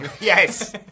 Yes